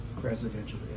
presidential